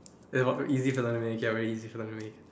easy very easy